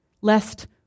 lest